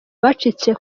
abacitse